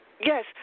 Yes